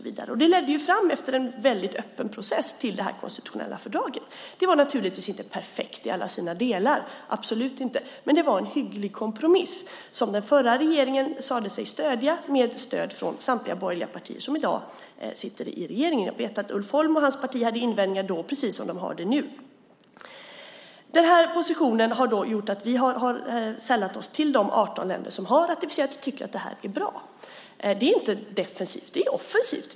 Det ledde efter en öppen process fram till det här konstitutionella fördraget. Det var naturligtvis inte perfekt i alla delar, men det var en hygglig kompromiss som den förra regeringen sade sig stödja, med stöd från samtliga borgerliga partier som i dag sitter i regeringen. Jag vet att Ulf Holm och hans parti hade invändningar då precis som nu. Den här positionen har gjort att vi har sällat oss till de 18 länder som har ratificerat och tycker att det här är bra. Det är inte defensivt; det är offensivt.